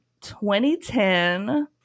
2010